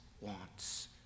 wants